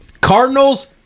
Cardinals